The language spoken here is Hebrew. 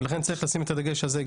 ולכן צריך לשים את הדגש על זה.